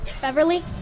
Beverly